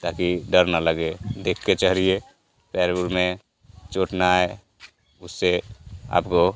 ताकि डर न लगे देख कर चढ़िए पैर ऊर में चोट न आए उससे आपको